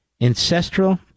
ancestral